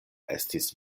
estis